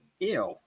Ew